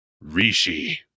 Rishi